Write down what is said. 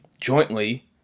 jointly